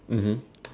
mmhmm